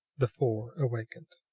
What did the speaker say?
the four awakened.